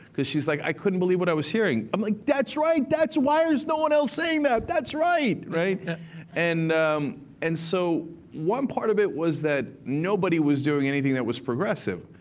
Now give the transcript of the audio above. because she's like, i couldn't believe what i was hearing. i'm like, that's right. that's why there's no one else saying that. that's right. and and so one part of it was that nobody was doing anything that was progressive.